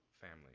family